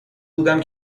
بودم